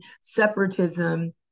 separatism